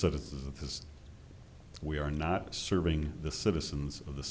citizens of this we are not serving the citizens of the